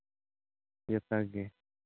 ᱡᱚᱛᱚ ᱜᱮ